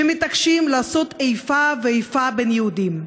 שמתעקשים לעשות איפה ואיפה בין יהודים,